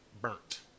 Burnt